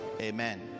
Amen